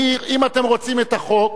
אם אתם רוצים את החוק,